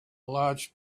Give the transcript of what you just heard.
large